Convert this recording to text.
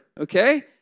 okay